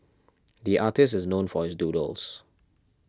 the artist is known for his doodles